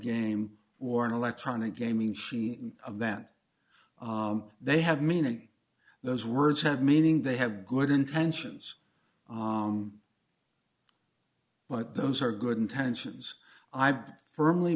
game or an electronic gaming she of then they have meaning those words have meaning they have good intentions but those are good intentions i've firmly